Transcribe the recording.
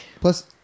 Plus